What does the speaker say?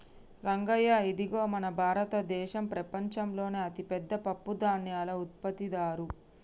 రంగయ్య ఇదిగో మన భారతదేసం ప్రపంచంలోనే అతిపెద్ద పప్పుధాన్యాల ఉత్పత్తిదారు